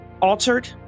altered